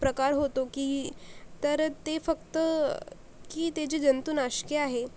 प्रकार होतो की तर ते फक्त की ते जे जंतुनाशके आहे